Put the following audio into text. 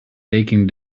taking